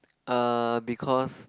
err because